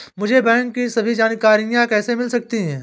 मुझे बैंकों की सभी जानकारियाँ कैसे मिल सकती हैं?